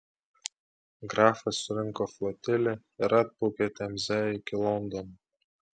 grafas surinko flotilę ir atplaukė temze iki londono